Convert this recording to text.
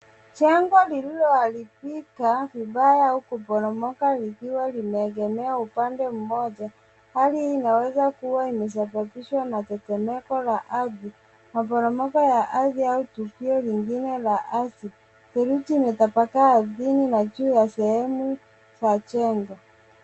Jengo lililoharibika vibaya huku poromoko likiwa limeegemea upande mmoja, hali hii inaweza kua imesababishwa na tetemeko la ardhi, maporomoko ya ardhi au tukio lingine la ardhi. Saruji imetapakaa chini na juu ya sehemu ya jengo.